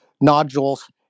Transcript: nodules